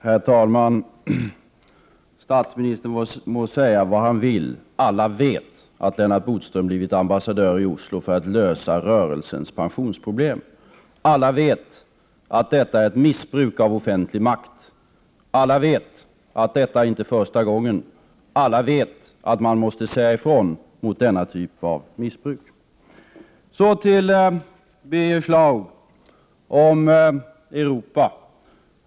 Herr talman! Statsministern må säga vad han vill — alla vet att Lennart Bodström blivit ambassadör i Oslo för att lösa rörelsens pensionsproblem. Alla vet att detta är ett missbruk av offentlig makt. Alla vet att detta inte är första gången. Alla vet att man måste säga ifrån mot denna typ av missbruk. Så till Birger Schlaug om Europa.